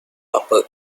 upper